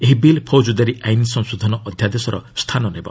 ଏହି ବିଲ୍ ପୌଜଦାରୀ ଆଇନ ସଂଶୋଧନ ଅଧ୍ୟାଦେଶର ସ୍ଥାନ ନେବ